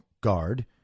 guard